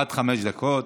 עד חמש דקות.